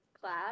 class